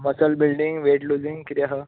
muscle building weight losing किते हा